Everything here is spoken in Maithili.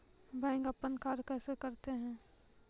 बैंक अपन कार्य कैसे करते है?